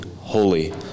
Holy